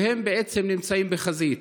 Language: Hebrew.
והם בעצם נמצאים בחזית.